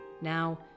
Now